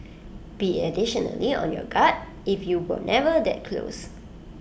be additionally on your guard if you were never that close